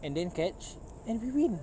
and then catch and we win